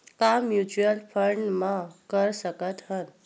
का mutual fund म कर सकत हन?